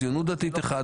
ציונות דתית אחד,